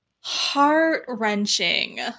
heart-wrenching